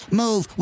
move